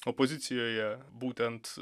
opozicijoje būtent